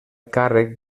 càrrec